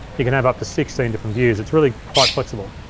you can have up to sixteen different views. it's really quite flexible.